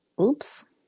oops